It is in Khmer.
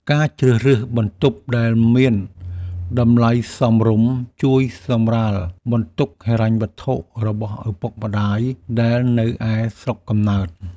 ការជ្រើសរើសបន្ទប់ដែលមានតម្លៃសមរម្យជួយសម្រាលបន្ទុកហិរញ្ញវត្ថុរបស់ឪពុកម្តាយដែលនៅឯស្រុកកំណើត។